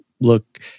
look